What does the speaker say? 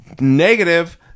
Negative